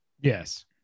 Yes